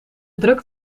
drukt